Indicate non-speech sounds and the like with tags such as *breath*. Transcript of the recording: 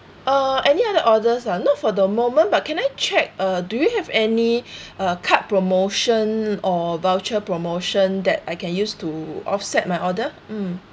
uh any other orders ah not for the moment but can I check uh do you have any *breath* uh card promotion or voucher promotion that I can use to offset my order mm